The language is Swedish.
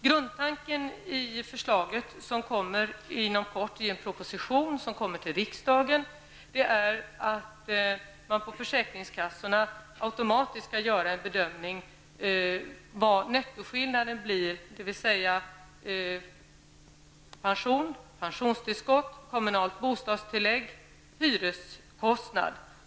Grundtanken i förslaget, som kommer inom kort i en proposition till riksdagen, är att man på försäkringskassorna automatiskt skall göra en bedömning av nettoskillnaden mellan å ena sidan pension, pensionstillskott och kommunalt bostadstillägg och å andra sidan hyreskostnad.